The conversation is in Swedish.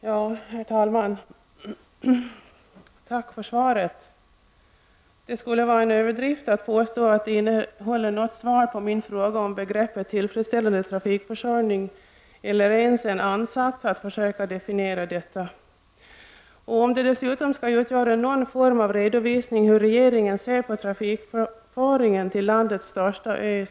Herr talman! Tack för svaret. Det skulle vara en överdrift att påstå att svaret innehåller ett besked på min fråga om begreppet tillfredsställande trafikförsörjning eller ens en ansats till att försöka definiera begreppet. Jag måste säga att jag är grymt besviken om svaret dessutom skulle vara någon form av redovisning av hur regeringen ser på trafikföringen till landets största ö.